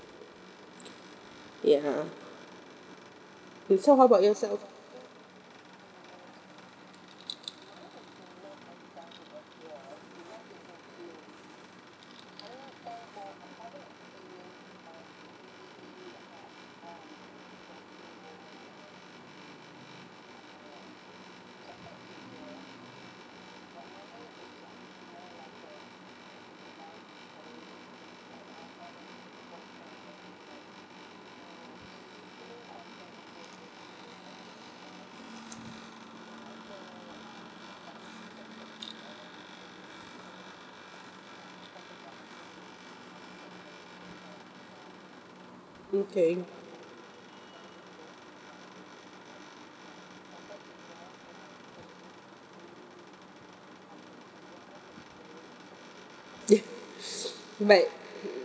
ya mm so how about yourself okay but